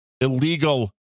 illegal